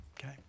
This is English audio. Okay